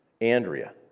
Andrea